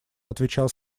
отвечал